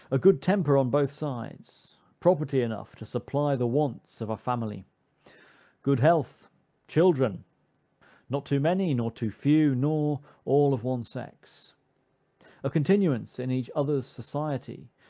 a good temper on both sides property enough to supply the wants of a family good health children not too many, nor too few, nor all of one sex a continuance in each other's society,